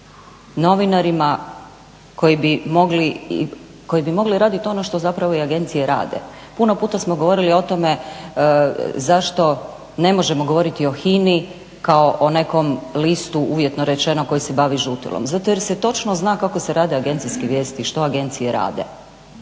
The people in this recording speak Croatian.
Novinarima koji bi mogli raditi ono što zapravo i agencije rade. Puno puta smo govorili o tome zašto ne možemo govoriti o HINA-i kao o nekom listu uvjetno rečeno koje se bavi žutilom. Zato jer se točno zna kako se rade agencijske vijesti i što agencije rade.